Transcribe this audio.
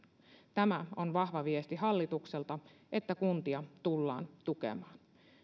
tämä on vahva viesti hallitukselta että kuntia tullaan tukemaan